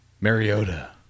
Mariota